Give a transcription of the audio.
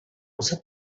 muset